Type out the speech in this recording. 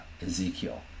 Ezekiel